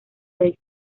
del